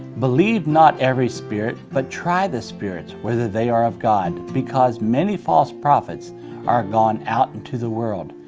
believe not every spirit, but try the spirits whether they are of god because many false prophets are gone out into the world.